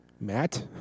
Matt